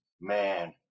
man